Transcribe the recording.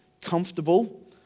comfortable